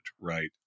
right